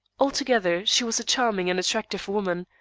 altogether, she was a charming and attractive woman,